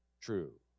true